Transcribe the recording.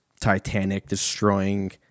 Titanic-destroying